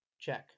Check